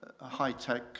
high-tech